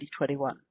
2021